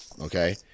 okay